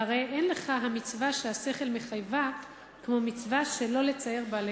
והרי אין לך המצווה שהשכל מחייבה כמו מצווה שלא לצער בעלי-חיים.